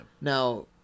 Now